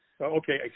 Okay